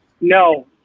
No